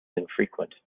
infrequent